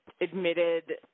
admitted